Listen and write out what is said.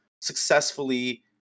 successfully